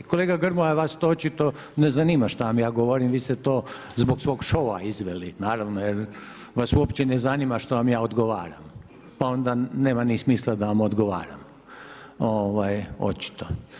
Kolega Grmoja, to vas očito ne zanima šta vam ja govorim, vi ste to radi svog šoua izveli, naravno, jer vas uopće ne zanima što vam ja odgovaram, pa onda nema ni smisla da vam odgovaram, ovaj, očito.